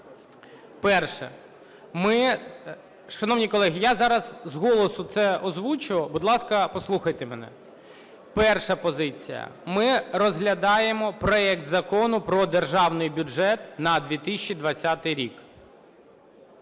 Перше. Шановні колеги, я зараз з голосу це озвучу, будь ласка, послухайте мене. Перша позиція. Ми розглядаємо проект Закону про Державний бюджет на 2020 рік.